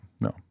No